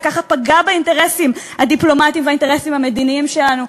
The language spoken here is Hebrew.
וככה פגע באינטרסים הדיפלומטיים והאינטרסים המדיניים שלנו.